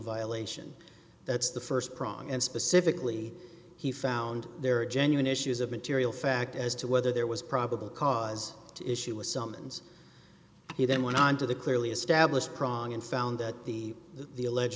violation that's the st prong and specifically he found there are genuine issues of material fact as to whether there was probable cause to issue a summons he then went on to the clearly established prong and found that the the alleged